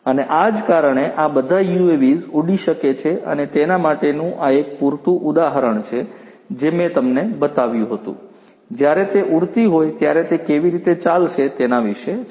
અને આ જ કારણે આ બધા UAVs ઊડી શકે છે અને તેના માંટેનું આ એક પૂરતું ઉદાહરણ છે જે મેં તમને બતાવ્યું હતું જ્યારે તે ઉડતી હોય ત્યારે તે કેવી રીતે ચાલશે તેના વિષે છે